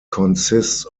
consists